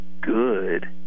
good